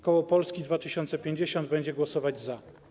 Koło Polska 2050 będzie głosować za.